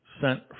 sent